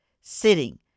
sitting